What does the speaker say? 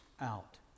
out